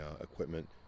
equipment